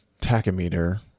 tachometer